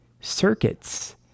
circuits